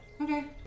Okay